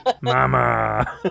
Mama